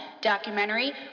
documentary